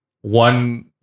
one